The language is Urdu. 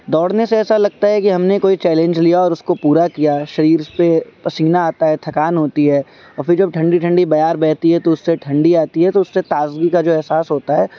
دوڑنے سے ایسا لگتا ہے کہ ہم نے کوئی چیلنج لیا اور اس کو پورا کیا شریر اس پہ پسینہ آتا ہے تھکان ہوتی ہے اور پھر جب ٹھنڈی ٹھنڈی بیار بہتی ہے تو اس سے ٹھنڈی آتی ہے تو اس سے تازگی کا جو احساس ہوتا ہے